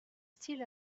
still